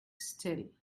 still